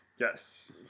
Yes